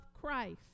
Christ